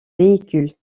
véhicule